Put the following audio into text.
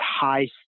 high